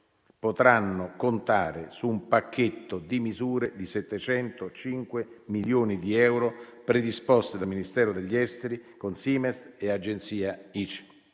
potranno contare su un pacchetto di misure di 705 milioni di euro predisposte dal Ministero degli affari esteri con Simest e Agenzia ICE.